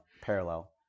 parallel